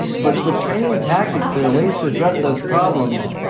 but with training and tactics, there are ways to address those problems,